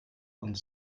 und